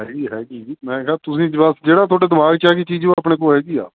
ਹੈਗੀ ਹੈਗੀ ਜੀ ਮੈਂ ਕਿਹਾ ਤੁਸੀਂ ਜਵਾਬ ਜਿਹੜਾ ਤੁਹਾਡੇ ਦਿਮਾਗ 'ਚ ਆ ਗਈ ਚੀਜ਼ ਉਹ ਆਪਣੇ ਕੋਲ ਹੈਗੀ ਆ